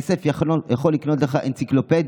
כסף יכול לקנות לך אנציקלופדיה,